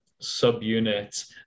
subunit